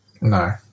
No